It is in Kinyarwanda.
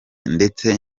ndetse